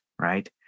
right